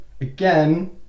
again